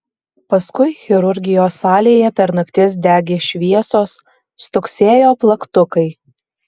paskui chirurgijos salėje per naktis degė šviesos stuksėjo plaktukai